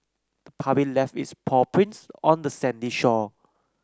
the puppy left its paw prints on the sandy shore